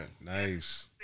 nice